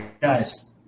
guys